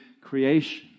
creation